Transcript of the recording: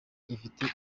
ifite